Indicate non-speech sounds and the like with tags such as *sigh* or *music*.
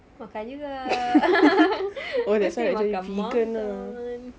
makan juga *laughs* asyik makan makan